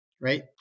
right